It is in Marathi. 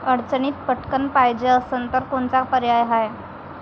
अडचणीत पटकण पायजे असन तर कोनचा पर्याय हाय?